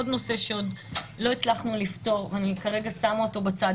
עוד נושא שעוד לא הצלחנו לפתור ואני כרגע שמה אותו בצד,